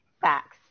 Facts